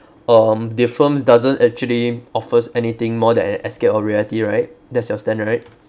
um the films doesn't actually offers anything more than an escape of reality right that's your stand right